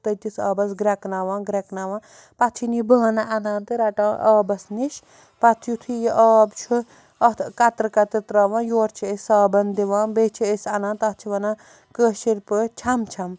تٔتِس آبَس گرٛٮ۪کناوان گرٛٮ۪کناوان پَتہٕ چھِن یہِ بانہٕ اَنان تہٕ رَٹان آبَس نِش پَتہٕ یُتھُے یہِ آب چھُ اَتھ کَترٕ کَترٕ ترٛاوان یورٕ چھِ أسۍ صابَن دِوان بیٚیہِ چھِ أسۍ اَنان تَتھ چھِ وَنان کٲشٕر پٲٹھۍ چھَم چھَم